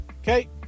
Okay